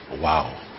Wow